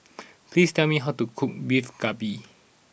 please tell me how to cook Beef Galbi